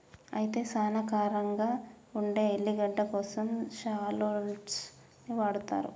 అయితే సానా కారంగా ఉండే ఎల్లిగడ్డ కోసం షాల్లోట్స్ ని వాడతారు